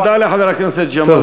תודה לחבר הכנסת ג'מאל זחאלקה.